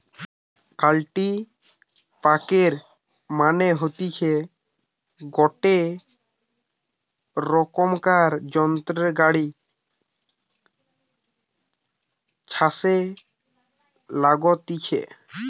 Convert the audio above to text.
কাল্টিপ্যাকের মানে হতিছে গটে রোকমকার যন্ত্র গাড়ি ছাসে লাগতিছে